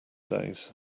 days